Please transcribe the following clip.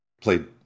played